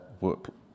work